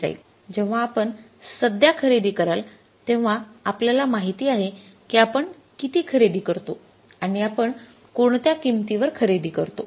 जेव्हा आपण सध्या खरेदी कराल तेव्हा आपल्याला माहित आहे की आपण किती खरेदी करतो आणि आपण कोणत्या किंमतीवर खरेदी केली